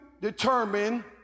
determine